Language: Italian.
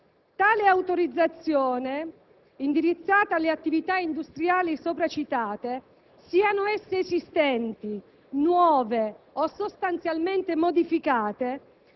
Tale autorizzazione, indirizzata alle attività industriali sopra citate, siano esse esistenti, nuove o sostanzialmente modificate,